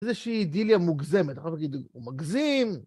איזושהי אידיליה מוגזמת, אחר כך תגידו, הוא מגזים..